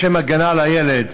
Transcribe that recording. בשם הגנה על הילד.